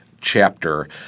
Chapter